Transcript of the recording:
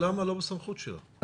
למה לא בסמכות שלה?